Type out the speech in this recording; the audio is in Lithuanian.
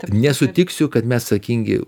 nesutiksiu kad mes atsakingi